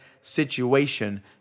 situation